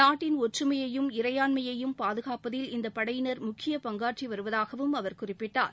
நாட்டின் ஒற்றுமையையும் இறையாண்மையும் பாதுகாப்பதில் இந்த படையினர் முக்கிய பங்காற்றி வருவதாகவும் அவர் குறிப்பிட்டார்